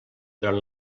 durant